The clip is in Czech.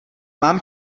mám